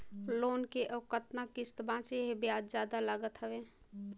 Loan के अउ कतका किस्त बांचें हे? ब्याज जादा लागत हवय,